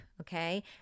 okay